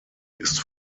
ist